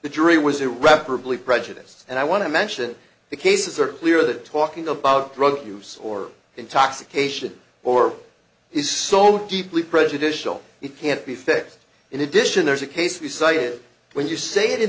the jury was irreparably prejudiced and i want to mention the cases are clear that talking about drug use or intoxication or he's so deeply prejudicial it can't be fixed in addition there's a case you cited when you say it in